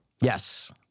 Yes